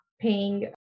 paying